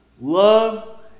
Love